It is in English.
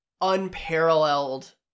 unparalleled